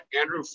Andrew